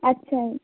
ਅੱਛਾ ਜੀ